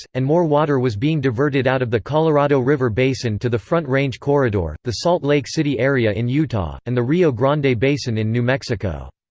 ah and more water was being diverted out of the colorado river basin to the front range corridor, the salt lake city area in utah, and the rio grande basin in new mexico.